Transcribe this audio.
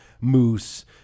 Moose